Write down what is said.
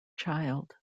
child